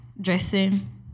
Dressing